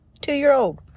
two-year-old